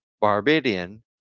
Barbadian